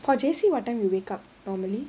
for J_C what time you wake up normally